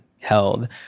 held